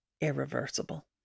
irreversible